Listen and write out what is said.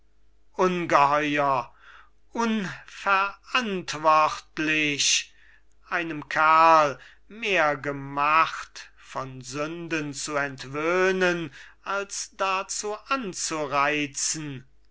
ungeheuer unverantwortlich einem kerl mehr gemacht von sünden zu entwöhnen als dazu anzureizen